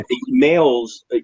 males